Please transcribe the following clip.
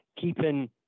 Keeping